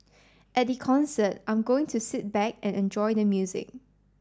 at the concert I'm going to sit back and enjoy the music